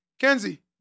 Kenzie